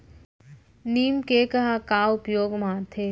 नीम cake ह का उपयोग मा आथे?